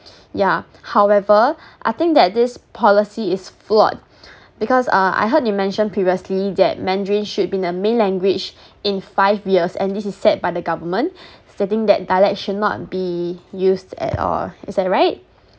yeah however I think that this policy is flawed because uh I heard you mention previously that mandarin should be the main language in five years and this is set by the government stating that dialect should not be used at all is that right